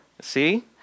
See